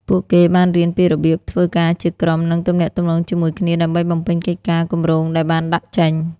ពួកគេបានរៀនពីរបៀបធ្វើការជាក្រុម និងទំនាក់ទំនងជាមួយគ្នាដើម្បីបំពេញកិច្ចការគម្រោងដែលបានដាក់ចេញ។